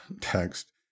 text